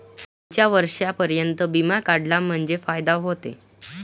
कोनच्या वर्षापर्यंत बिमा काढला म्हंजे फायदा व्हते?